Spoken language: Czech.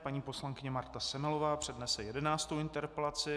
Paní poslankyně Marta Semelová přednese jedenáctou interpelaci.